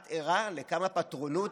את ערה לכמה פטרונות,